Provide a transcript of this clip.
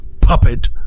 puppet